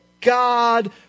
God